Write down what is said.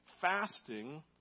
fasting